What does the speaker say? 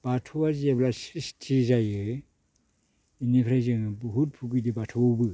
बाथौआ जेब्ला स्रिसथि जायो इनिफ्राय जों बहुद गुदि बाथौआवबो